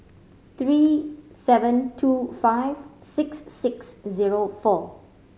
three seven two five six six zero four